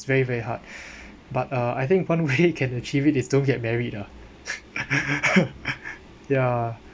very very hard but uh I think one way can achieve it is don't get married ah ya